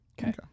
Okay